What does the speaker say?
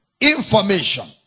Information